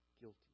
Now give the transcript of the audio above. guilty